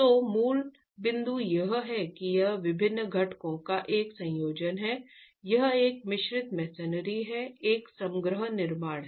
तो मूल बिंदु यह है कि यह विभिन्न घटकों का एक संयोजन है यह एक मिश्रित मसनरी है एक समग्र निर्माण है